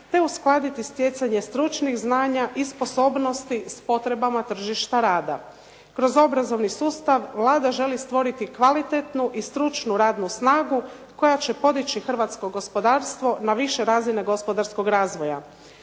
te uskladiti stjecanje stručnih znanja i sposobnosti s potrebama tržišta rada. Kroz obrazovni sustav Vlada želi stvoriti kvalitetnu i stručnu radnu snagu koja će podići hrvatsko gospodarstvo na više razine gospodarskog razvoja.